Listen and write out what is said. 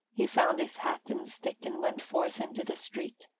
he found his hat and stick and went forth into the street.